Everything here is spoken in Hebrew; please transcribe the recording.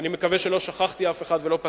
ואני מקווה שלא שכחתי אף אחד ולא פסחתי.